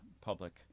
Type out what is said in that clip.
public